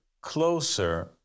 closer